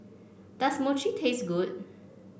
does Mochi taste good